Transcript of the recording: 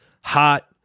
hot